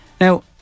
Now